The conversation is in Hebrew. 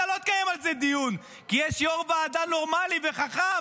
אתה לא תקיים על זה דיון כי יש יושב-ראש ועדה נורמלי וחכם,